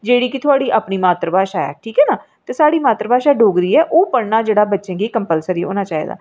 जेह्ड़ी कि थोह्ड़ी अपनी मातृ भाशा ऐ ठीक ऐ ना ते साढ़ी मातृ भाशा डोगरी ऐ ओह् पढ़ना बच्चें गी जोह्ड़ा कम्पलर्सी होना चाहिदा